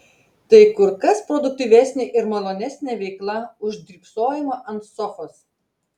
tai kur kas produktyvesnė ir malonesnė veikla už drybsojimą ant sofos